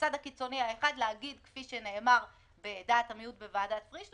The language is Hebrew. הקודמות הוועדה התחילה להתכנס לכיוון של לגדר לפחות